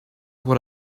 what